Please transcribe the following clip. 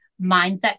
mindset